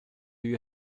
you